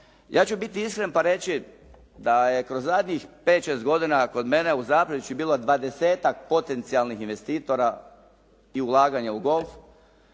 ja ću biti iskren pa reći da je kroz zadnjih 5-6 godina kod mene u Zaprešiću bilo 20-tak potencijalnih investitora i ulaganja u golf.